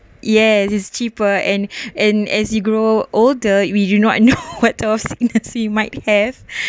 yes it's cheaper and and as you grow older you we do not know what else might have